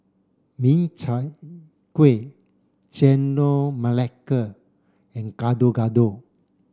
Min Chiang Kueh Chendol Melaka and Gado Gado